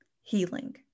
healing